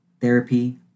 therapy